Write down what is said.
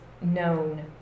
known